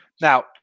Now